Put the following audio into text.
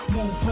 Move